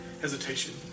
hesitation